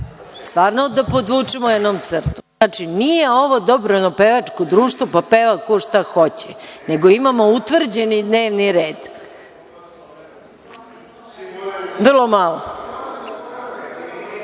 Stvarno da podvučemo jednom crtu. Znači, nije ovo dobrovoljno pevačko društvo pa peva ko šta hoće, nego imamo utvrđeni dnevni red.(Miljan